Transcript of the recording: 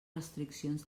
restriccions